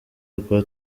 rwa